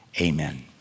Amen